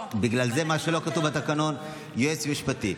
בגלל זה מה שלא כתוב בתקנון, יועץ משפטי.